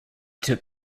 took